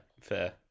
fair